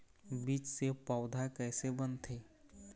बीज से पौधा कैसे बनथे?